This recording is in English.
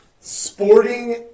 sporting